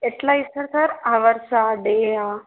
ఎట్లా ఇస్తారు సార్ అవర్సా డేయా